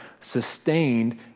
sustained